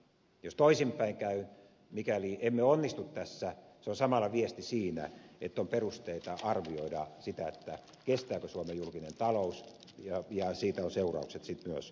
jos toisinpäin käy mikäli emme onnistu tässä se on samalla viesti siitä että on perusteita arvioida sitä kestääkö suomen julkinen talous ja siitä on seuraukset sitten myös korkomarkkinoilla